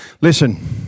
Listen